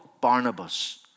Barnabas